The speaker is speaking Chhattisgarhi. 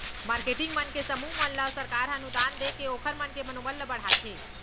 मारकेटिंग मन के समूह मन ल सरकार ह अनुदान देके ओखर मन के मनोबल ल बड़हाथे